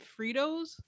Fritos